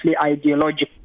ideological